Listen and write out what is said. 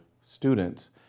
students